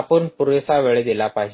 आपण पुरेसा वेळ दिला पाहिजे